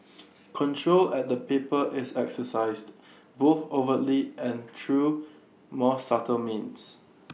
control at the paper is exercised both overtly and through more subtle means